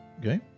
Okay